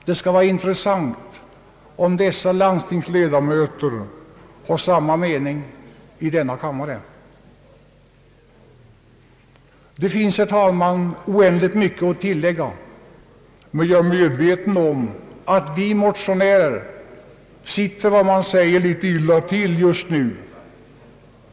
Det skulle vara intressant att få veta om dessa landstingsledamöter har samma mening som ledamöter av denna kammare, Det finns, herr talman, oändligt mycket att tillägga, men jag är medveten om att vi motionärer sitter litet illa till just nu.